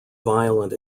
violent